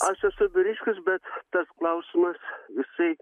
aš esu vyriškis bet tas klausimas jisai